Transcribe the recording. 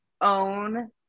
own